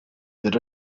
there